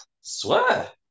Swear